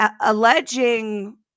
alleging